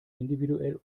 individuell